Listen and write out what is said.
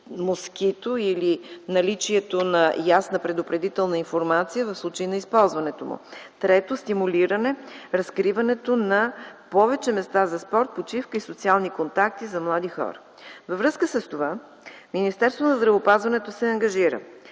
„Москито” или наличието на ясна предупредителна информация в случай на използването му; трето, стимулиране разкриването на повече места за спорт, почивка и социални контакти за млади хора. Във връзка с това Министерството на здравеопазването се ангажира